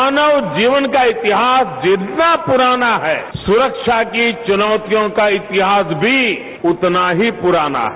मानव जीवन का इतिहास जितना पुराना है सुरखा की चुनौतियों का इतिहास भी उतना ही पुराना है